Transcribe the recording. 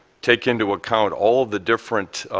take into account all the different